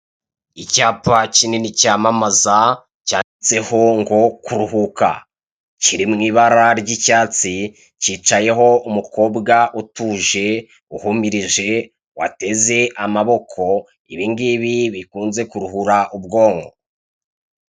Icyapa kinini cyamamaza cyanditseho ngo kuruhuka. Kiri mu ibara ry'icyatsi kicayeho umukobwa utuje, uhumirije, wateze amaboko ibingibi bikunze kuruhura ubwonko.